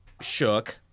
shook